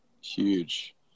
huge